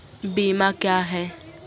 बीमा क्या हैं?